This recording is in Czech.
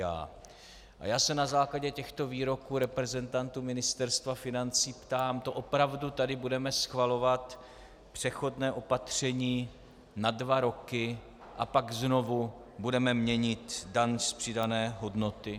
A já se na základě těchto výroků reprezentantů Ministerstva financí ptám: To opravdu tady budeme schvalovat přechodné opatření na dva roky a pak znovu budeme měnit daň z přidané hodnoty?